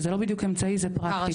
זה לא בדיוק אמצעי, זה פרקטיקה.